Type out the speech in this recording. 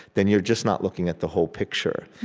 then you're just not looking at the whole picture.